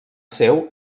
seu